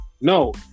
No